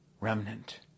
remnant